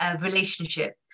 relationship